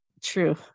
True